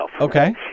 Okay